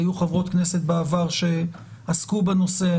היו חברות כנסת בעבר שעסקו בנושא.